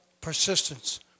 persistence